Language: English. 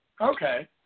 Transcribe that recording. Okay